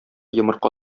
йомырка